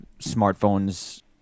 smartphones